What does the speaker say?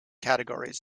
categories